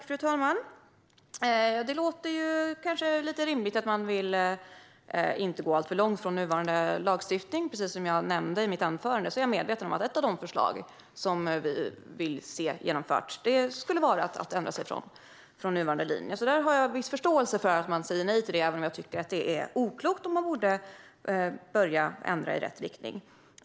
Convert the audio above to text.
Fru talman! Det låter kanske lite rimligt att man inte vill gå alltför långt från nuvarande lagstiftning. Precis som jag nämnde i mitt anförande är jag medveten om att ett av de förslag som vi vill se genomföras skulle vara att ändra sig från nuvarande linje. Där har jag alltså viss förståelse för att man säger nej, även om jag tycker att det är oklokt och att man borde börja ändra i rätt riktning.